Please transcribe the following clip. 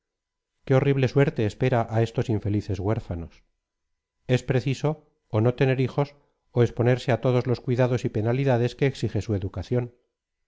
qué horrible suerte espera á estos infelices hurfanos es preciso ó no tener hijos ó exponerse á todos los cuidados y penalidades que exige su educación